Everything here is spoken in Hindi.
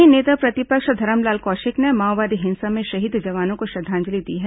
वहीं नेता प्रतिपक्ष धरमलाल कौशिक ने माओवादी हिंसा में शहीद जवानों को श्रद्वांजलि दी है